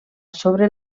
sobre